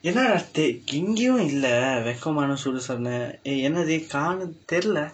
என்னடா எங்கயும் இல்ல நான் வெட்கமான சொல் சொன்ன:ennadaa engkayum illa naan vetkamaana sol sonna eh என்னது கண்ணு தெரியில:ennathu kannu theriyila